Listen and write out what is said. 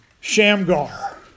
Shamgar